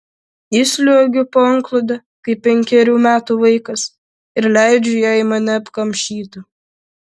įsliuogiu po antklode kaip penkerių metų vaikas ir leidžiu jai mane apkamšyti